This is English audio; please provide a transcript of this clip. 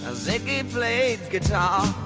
ah ziggy played guitar